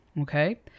Okay